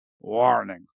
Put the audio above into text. Warning